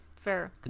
Fair